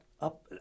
up